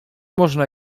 można